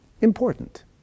important